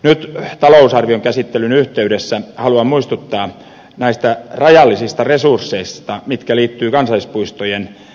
nyt talousarvion käsittelyn yhteydessä haluan muistuttaa näistä rajallisista resursseista mitkä liittyvät kansallispuistojen hoitoon